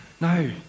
No